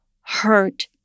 hurt